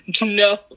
no